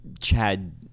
Chad